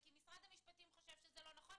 כי משרד המשפטים חושב שזה לא נכון,